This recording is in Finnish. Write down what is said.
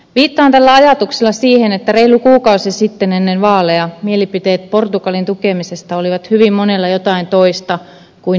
viittaan tällä ajatuksella siihen että reilu kuukausi sitten ennen vaaleja mielipiteet portugalin tukemisesta olivat hyvin monelle jotain toista kuin ne ovat nyt